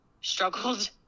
struggled